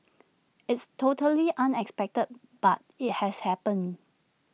it's totally unexpected but IT has happened